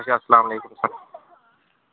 اَدٕ کیٛاہ حظ اَسَلامُ عَلیکُم سَر